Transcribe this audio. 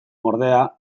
ordea